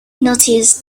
noticed